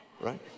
right